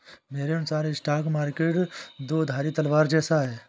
मेरे अनुसार stock market दो धारी तलवार जैसा है